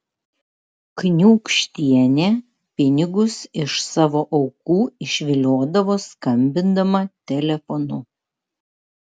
kniūkštienė pinigus iš savo aukų išviliodavo skambindama telefonu